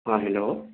ہاں ہیلو